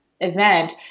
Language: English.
event